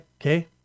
okay